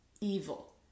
evil